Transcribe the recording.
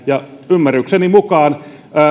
ymmärrykseni mukaan